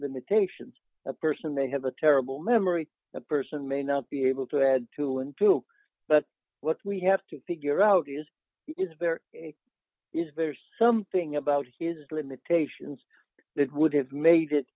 limitations a person may have a terrible memory a person may not be able to add two and two but what we have to figure out is is there is there's something about his limitations that would have made it